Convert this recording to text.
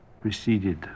preceded